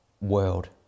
world